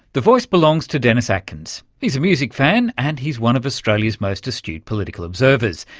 the voice belongs to dennis atkins, he's a music fan and he's one of australia's most astute political observers.